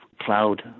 cloud